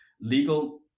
legal